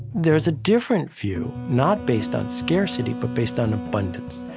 there's a different view not based on scarcity but based on abundance,